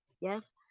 yes